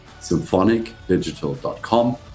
symphonicdigital.com